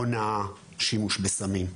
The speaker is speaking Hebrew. הונאה, שימוש בסמים.